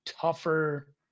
tougher